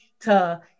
to-